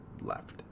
left